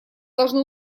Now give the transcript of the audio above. должны